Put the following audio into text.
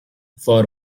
for